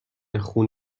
خون